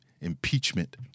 impeachment